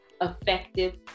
effective